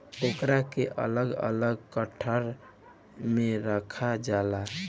ओकरा के अलग अलग गट्ठर मे रखल जाला